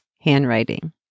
handwriting